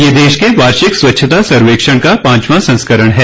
यह देश के वार्षिक स्वच्छता सर्वेक्षण का पांचवां संस्करण है